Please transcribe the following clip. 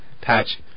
patch